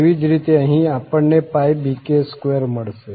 તેવી જ રીતે અહીં આપણને bk2 મળશે